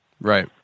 right